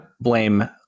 blame